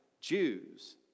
Jews